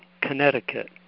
Connecticut